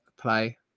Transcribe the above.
play